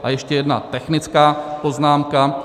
A ještě jedna technická poznámka.